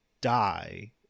die